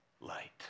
light